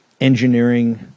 engineering